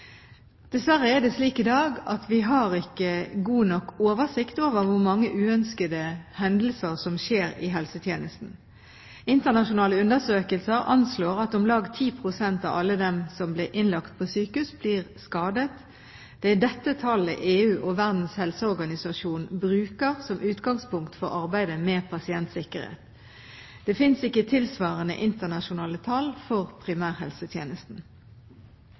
Dessverre er det slik i dag at vi ikke har god nok oversikt over hvor mange uønskede hendelser som skjer i helsetjenesten. Internasjonale undersøkelser anslår at om lag 10 pst. av alle som blir innlagt på sykehus, blir skadet. Det er dette tallet EU og Verdens helseorganisasjon bruker som utgangspunkt for arbeidet med pasientsikkerhet. Det finnes ikke tilsvarende internasjonale tall for primærhelsetjenesten.